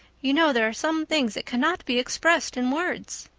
you know there are some things that cannot be expressed in words.